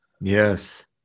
Yes